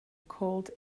cold